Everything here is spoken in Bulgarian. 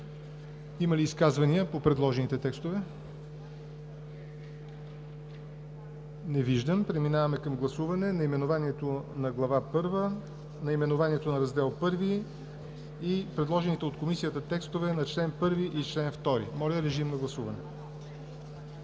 Има ли изказвания по предложените текстове? Не виждам. Преминаваме към гласуването наименованието на Глава първа, наименованието на Раздел I и предложените от Комисията текстове на чл. 1 и чл. 2. Моля, гласувайте.